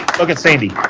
look at sandy.